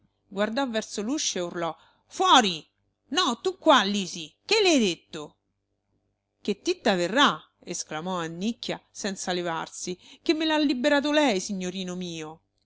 guardò verso l'uscio e urlò fuori no tu qua lisi che le hai detto che titta verrà esclamò annicchia senza levarsi che me l'ha liberato lei signorino mio